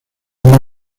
lugar